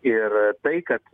ir tai kad